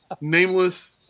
nameless